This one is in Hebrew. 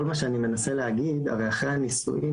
כל מה שאני מנסה להגיד הרי אחרי הנישואין